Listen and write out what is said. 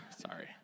Sorry